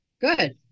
good